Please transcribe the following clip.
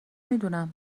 میدونم